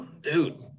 dude